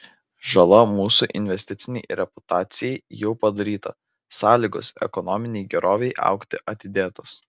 žala mūsų investicinei reputacijai jau padaryta sąlygos ekonominei gerovei augti atidėtos